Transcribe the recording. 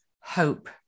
hope